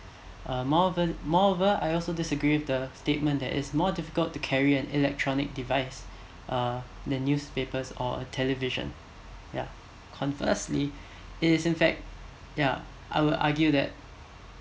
uh moreover moreover I also disagree with the statement that it's more difficult to carry an electronic device uh the newspapers or a television ya conversely it is in fact ya I will argue that